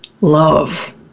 love